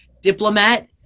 diplomat